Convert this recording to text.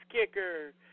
kicker